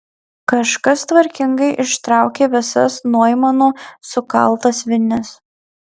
kažkas tvarkingai ištraukė visas noimano sukaltas vinis